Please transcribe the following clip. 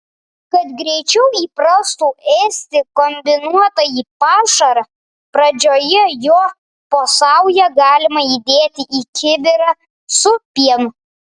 kad greičiau įprastų ėsti kombinuotąjį pašarą pradžioje jo po saują galima įdėti į kibirą su pienu